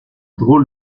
drôle